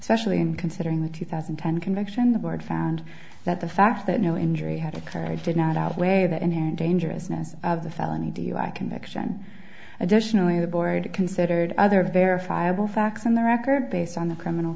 especially in considering the two thousand and ten conviction the board found that the fact that no injury had occurred i did not outweigh the inherent dangerousness of the felony dui conviction additionally the board considered other verifiable facts on the record based on the criminal